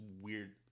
weird